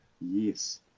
Yes